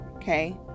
Okay